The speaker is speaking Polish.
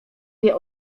wie